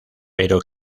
pero